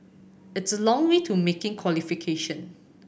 it's a long way to making qualification